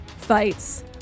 fights